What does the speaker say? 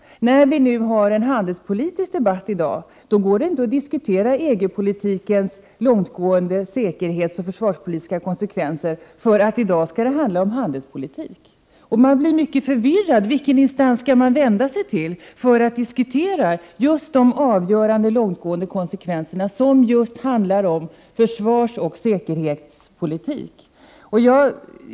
När vi nu har en handelspolitisk debatt går det inte att diskutera EG-politikens långtgående säkerhetsoch försvarspolitiska konsekvenser; i dag skall vi tala om handelspolitik. Jag blir mycket förvirrad av 65 detta. Vilken instans skall man vända sig till för att diskutera just de avgörande och långtgående konsekvenserna när det gäller försvarsoch säkerhetspolitiken?